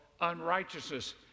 unrighteousness